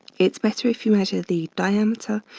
it's better if you measure the diameter,